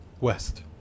West